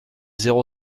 zéro